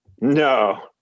No